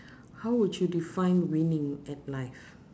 how would you define winning at life